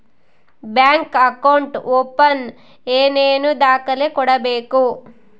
Bank account open ಏನೇನು ದಾಖಲೆ ಕೊಡಬೇಕು?